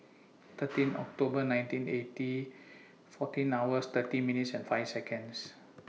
thirteen October nineteen eighty fourteen hours thirty minutes and five Seconds